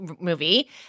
movie